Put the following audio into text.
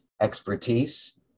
expertise